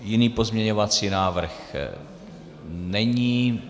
Jiný pozměňovací návrh není.